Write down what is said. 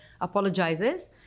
apologizes